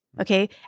okay